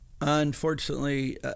unfortunately